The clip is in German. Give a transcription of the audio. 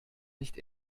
nicht